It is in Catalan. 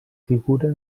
figuren